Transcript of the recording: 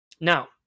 Now